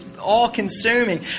all-consuming